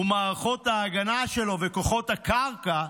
ומערכות ההגנה שלו וכוחות הקרקע,